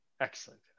excellent